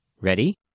Ready